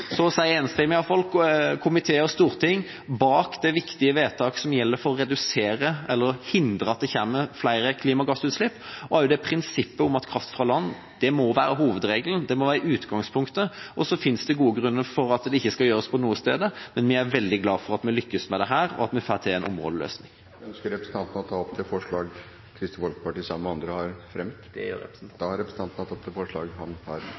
så å si i hvert fall – enstemmig komité og et enstemmig storting – bak det viktige vedtaket som gjelder å redusere eller hindre at det kommer flere klimagassutslipp, og også prinsippet om at kraft fra land må være hovedregelen. Det må være utgangspunktet. Det fins gode grunner for at det ikke skal gjøres noen steder, men jeg er veldig glad for at vi lykkes med det her, og at vi får til en områdeløsning. Ønsker representanten å ta opp det forslaget Kristelig Folkeparti sammen med andre har fremmet? Det ønsker jeg. Da har representanten Kjell Ingolf Ropstad tatt opp det forslaget han